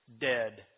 dead